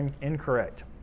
incorrect